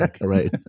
Right